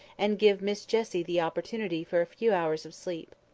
and give miss jessie the opportunity for a few hours of sleep.